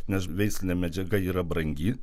nes veislinė medžiaga yra brangi